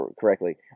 correctly